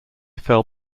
fell